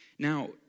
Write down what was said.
Now